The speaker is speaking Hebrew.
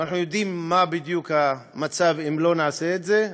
ואנחנו יודעים מה בדיוק המצב אם לא נעשה את זה,